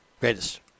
Greatest